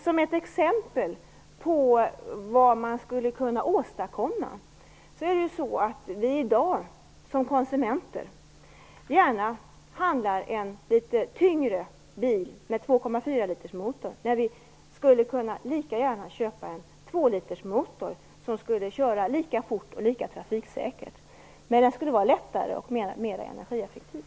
Som ett exempel på vad man skulle kunna åstadkomma vill jag nämna att vi i dag som konsumenter gärna köper en litet tyngre bil med 2,4-litersmotor när vi lika gärna skulle kunna köpa en med 2-litersmotor, som vi kan köra lika fort och lika trafiksäkert med. Men den skulle vara lättare och mer energieffektiv.